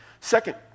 Second